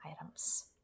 items